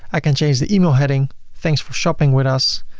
i can change the email heading thanks for shopping with us,